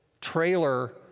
trailer